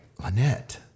Lynette